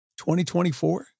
2024